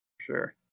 Sure